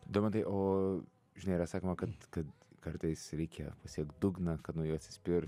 domantai o žinai yra sakoma kad kad kartais reikia pasiekt dugną kad nuo jo atsispirt